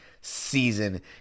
season